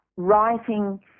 Writing